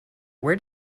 where